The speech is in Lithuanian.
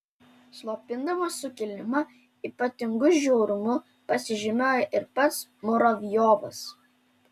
slopindamas sukilimą ypatingu žiaurumu pasižymėjo ir pats muravjovas